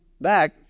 back